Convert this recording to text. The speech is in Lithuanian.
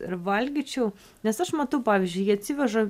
ir valgyčiau nes aš matau pavyzdžiui jie atsiveža